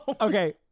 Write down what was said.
Okay